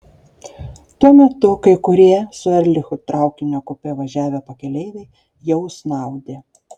tuo metu kai kurie su erlichu traukinio kupė važiavę pakeleiviai jau snaudė